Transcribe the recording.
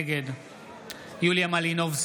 נגד יוליה מלינובסקי,